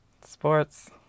sports